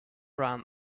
ran